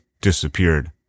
disappeared